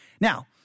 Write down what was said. Now